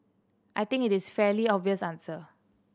I think it is fairly obvious answer